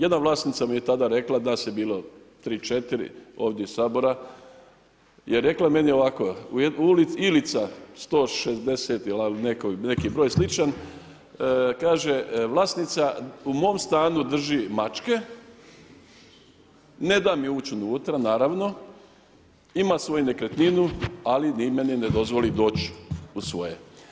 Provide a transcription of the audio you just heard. Jedna vlasnica mi je tada rekla, nas je bilo 3-4 ovdje iz Sabora, je rekla meni ovako: Ilica 160 i neki broj sličan, kaže vlasnica, u mom stanu drži mačke, ne da mi ući unutra, naravno i ima svoju nekretninu, ali meni ne dozvoli doći u svoje.